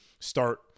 start